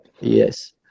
Yes